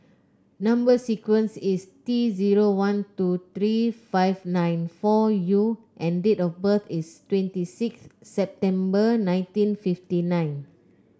number sequence is T zero one two three five nine four U and date of birth is twenty six September nineteen fifty nine